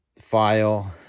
file